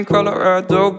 Colorado